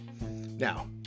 Now